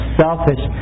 selfish